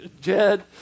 Jed